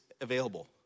available